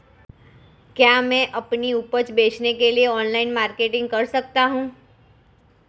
क्या मैं अपनी उपज बेचने के लिए ऑनलाइन मार्केटिंग कर सकता हूँ?